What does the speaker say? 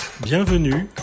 Bienvenue